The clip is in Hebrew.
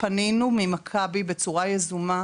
פנינו ממכבי בצורה יזומה